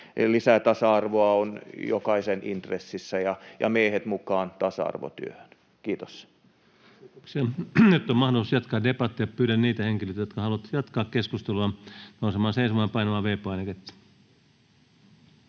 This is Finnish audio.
lisää tasa-arvoa on jokaisen intressissä, ja miehet mukaan tasa-arvotyöhön. — Kiitos. Kiitoksia. — Nyt on mahdollisuus jatkaa debattia. Pyydän niitä henkilöitä, jotka haluavat jatkaa keskustelua, nousemaan seisomaan ja painamaan V-painiketta.